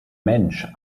mensch